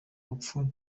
rupfu